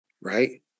right